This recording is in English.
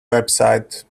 website